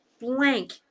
blank